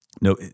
No